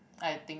I think